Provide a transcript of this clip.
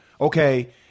Okay